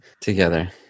together